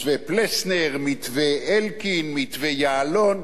מתווה פלסנר, מתווה אלקין, מתווה יעלון,